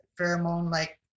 pheromone-like